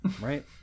Right